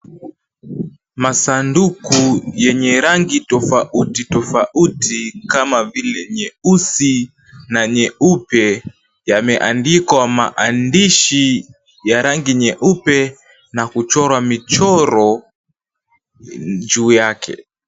Masanduku yenye rangi tofauti tofauti kama vile nyeusi na nyeupe, yameandikwa maandishi ya rangi nyeupe na kuchorwa michoro juu yake.